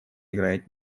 играет